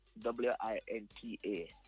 W-I-N-T-A